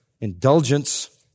indulgence